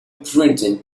printing